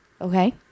Okay